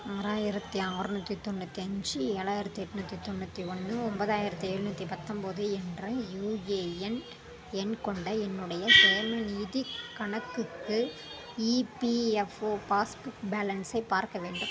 ஆறாயிரத்தி அறநூத்தி தொண்ணூற்றி அஞ்சு ஏழாயிரத்தி எட்நூற்றி தொண்ணூற்றி ஒன்று ஒன்போதாயிரத்தி எழுநூத்தி பத்தொன்போது என்ற யுஏஎன் எண் கொண்ட என்னுடைய சேமநிதிக் கணக்குக்கு இபிஎஃப்ஓ பாஸ்புக் பேலன்ஸை பார்க்க வேண்டும்